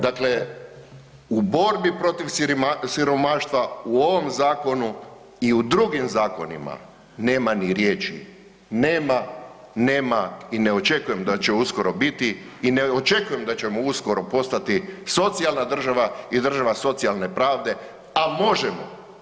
Dakle, u borbi protiv siromaštva u ovom zakonu i u drugim zakonima, nema ni riječi, nema, nema i ne očekujem da će uskoro biti i ne očekujem da ćemo uskoro postati socijalna država i država socijalne pravde a možemo.